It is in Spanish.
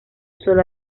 sólo